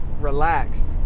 relaxed